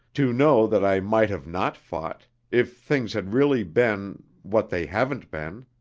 to know that i might have not fought if things had really been. what they haven't been!